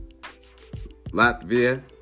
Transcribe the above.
Latvia